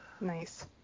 Nice